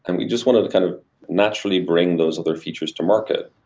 and we just want to to kind of naturally bring those other features to market.